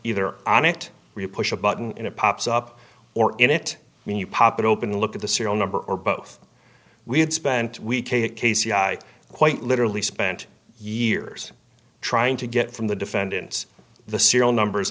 either on it or you push a button and it pops up or in it when you pop it open to look at the serial number or both we had spent k c i quite literally spent years trying to get from the defendants the serial numbers